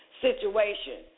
situation